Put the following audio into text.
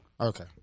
Okay